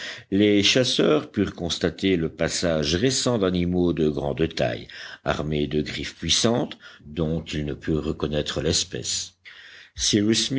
les chasseurs purent constater le passage récent d'animaux de grande taille armés de griffes puissantes dont ils ne purent reconnaître l'espèce